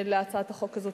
בהצעת החוק הזאת.